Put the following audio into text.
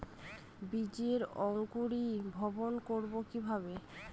বীজের অঙ্কোরি ভবন করব কিকরে?